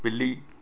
ਬਿੱਲੀ